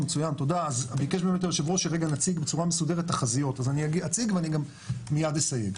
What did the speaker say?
ביקש מאיתנו היו"ר שנציג בצורה מסודרת תחזיות אז נציג ומיד אסיים.